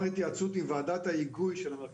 ולהגיד בוא